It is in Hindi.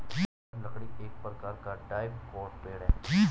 दृढ़ लकड़ी एक प्रकार का डाइकोट पेड़ है